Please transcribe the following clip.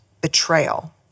betrayal